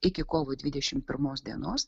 iki kovo dvidešimt pirmos dienos